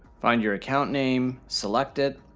find your account name, select it.